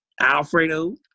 alfredo